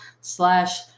slash